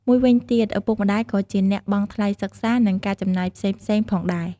មួយវិញទៀត ឪពុកម្ដាយក៏ជាអ្នកបង់ថ្លៃសិក្សា និងការចំណាយផ្សេងៗផងដែរ។